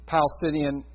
Palestinian